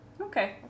Okay